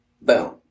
boom